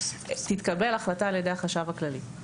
תתקבל החלטה על ידי החשב הכללי.